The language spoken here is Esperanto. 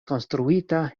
konstruita